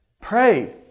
pray